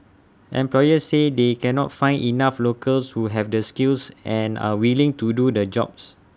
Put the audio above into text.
employers say they cannot find enough locals who have the skills and are willing to do the jobs